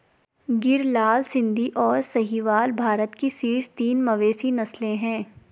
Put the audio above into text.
गिर, लाल सिंधी, और साहीवाल भारत की शीर्ष तीन मवेशी नस्लें हैं